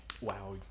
wow